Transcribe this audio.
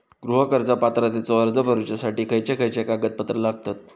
गृह कर्ज पात्रतेचो अर्ज भरुच्यासाठी खयचे खयचे कागदपत्र लागतत?